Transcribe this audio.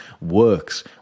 works